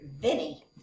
Vinny